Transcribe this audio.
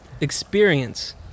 Experience